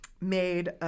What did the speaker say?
made